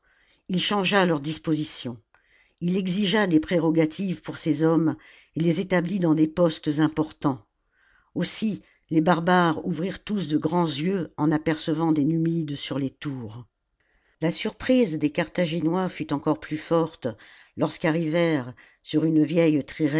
salammbo changea leurs dispositions ii exigea des prérogatives pour ses hommes et les établit dans des postes importants aussi les barbares ouvrirent tous de grands yeux en apercevant des numides sur les tours la surprise des carthaginois fut encore plus forte lorsque arrivèrent sur une vieille